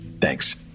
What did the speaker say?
Thanks